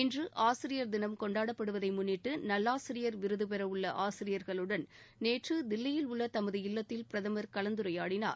இன்று ஆசிரியர் தினம் கொண்டாடப்படுவதை முன்னிட்டு நல்வாசிரியர் விருது பெற உள்ள ஆசிரியர்களுடன் நேற்று தில்லியில் உள்ள தமது இல்லத்தில் பிரதமர் கலந்துரையாடினார்